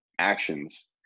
Actions